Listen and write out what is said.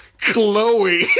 Chloe